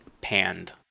panned